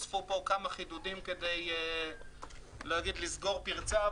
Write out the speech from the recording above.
נוספו פה כמה חידודים כדי לסגור פרצה,